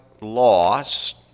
lost